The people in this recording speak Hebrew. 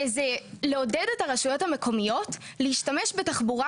ולעודד את הרשויות המקומיות להשתמש בתחבורה